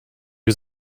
was